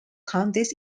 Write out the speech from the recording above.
counties